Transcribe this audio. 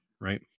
right